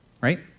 right